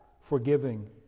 forgiving